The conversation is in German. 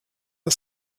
der